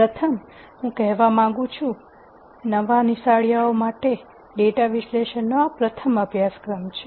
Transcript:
પ્રથમ હું કહેવા માંગું છું નવા નિશાળીયા માટે ડેટા વિશ્લેષણનો આ પ્રથમ અભ્યાસક્રમ છે